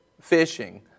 fishing